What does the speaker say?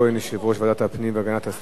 יושב-ראש ועדת הפנים והגנת הסביבה.